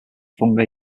fungi